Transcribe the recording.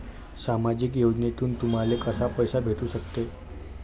सामाजिक योजनेतून तुम्हाले कसा पैसा भेटू सकते?